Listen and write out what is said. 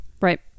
Right